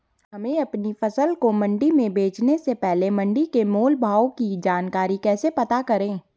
हमें अपनी फसल को मंडी में बेचने से पहले मंडी के मोल भाव की जानकारी कैसे पता करें?